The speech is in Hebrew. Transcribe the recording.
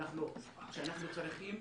שאנחנו צריכים,